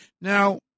Now